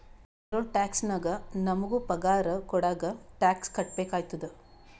payroll tax ನಾಗ್ ನಮುಗ ಪಗಾರ ಕೊಡಾಗ್ ಟ್ಯಾಕ್ಸ್ ಕಟ್ಬೇಕ ಆತ್ತುದ